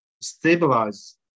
stabilize